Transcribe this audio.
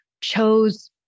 chose